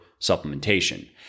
supplementation